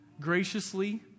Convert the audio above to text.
graciously